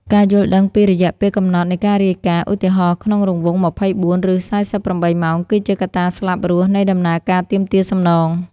ការយល់ដឹងពី រយៈពេលកំណត់នៃការរាយការណ៍ (ឧទាហរណ៍៖ ក្នុងរង្វង់ ២៤ ឬ ៤៨ ម៉ោង) គឺជាកត្តាស្លាប់រស់នៃដំណើរការទាមទារសំណង។